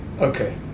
okay